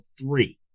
three